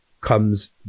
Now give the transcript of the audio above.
comes